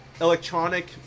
electronic